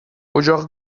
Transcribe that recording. اجاق